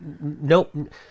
nope